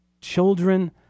Children